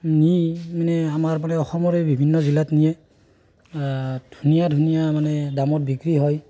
নি মানে আমাৰ মানে অসমৰে বিভিন্ন জিলাত নিয়ে ধুনীয়া ধুনীয়া মানে দামত বিক্ৰী হয়